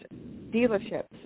dealerships